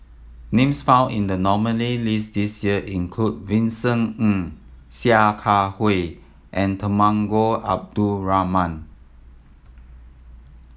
names found in the nominee list this year include Vincent Ng Sia Kah Hui and Temenggong Abdul Rahman